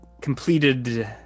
completed